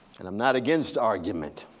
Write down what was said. and i'm not against argument.